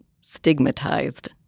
stigmatized